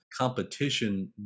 competition